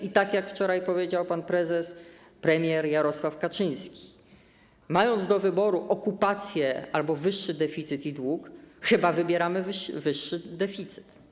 I tak jak wczoraj powiedział pan prezes, premier Jarosław Kaczyński, mając do wyboru okupację albo wyższy deficyt i dług, chyba wybieramy wyższy deficyt.